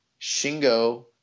Shingo